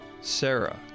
Sarah